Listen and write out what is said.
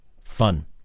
fun